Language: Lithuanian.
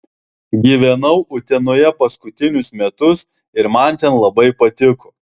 gyvenau utenoje paskutinius metus ir man ten labai patiko